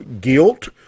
guilt